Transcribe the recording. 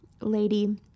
lady